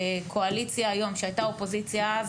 הקואליציה היום שהייתה אופוזיציה אז,